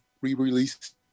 re-released